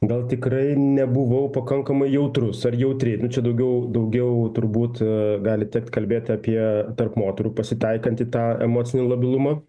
gal tikrai nebuvau pakankamai jautrus ar jautri nu čia daugiau daugiau turbūt gali tekt kalbėt apie tarp moterų pasitaikantį tą emocinį labilumą